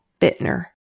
Bittner